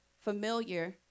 familiar